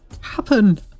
happen